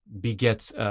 begets